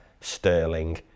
Sterling